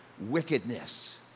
wickedness